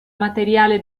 materiale